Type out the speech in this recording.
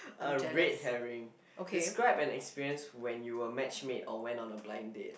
a red herring describe an experience when you were match made or went on a blind date